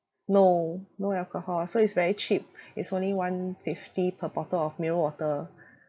no no alcohol so it's very cheap it's only one fifty per bottle of mineral water